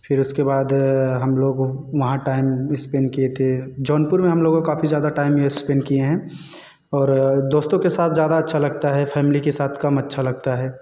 फ़िर उसके बाद हम लोग वहाँ टाइम स्पेंड किए थे जौनपुर में हम लोगों काफी ज़्यादा टाइम स्पेंड किए हैं और दोस्तों के साथ ज़्यादा अच्छा लगता है फैमली के साथ कम अच्छा लगता है